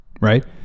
right